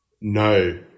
No